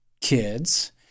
kids